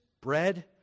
bread